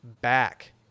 back